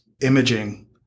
imaging